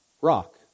rock